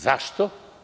Zašto?